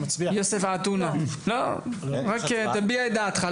יוסף עטאונה, רק תביע את דעתך.